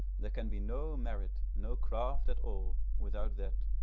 there can be no merit, no craft at all, without that.